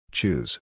Choose